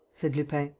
said lupin.